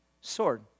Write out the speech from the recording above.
sword